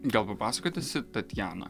gal papasakotisit tatjana